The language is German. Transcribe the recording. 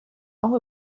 auch